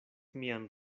mian